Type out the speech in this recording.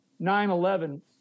9-11